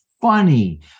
funny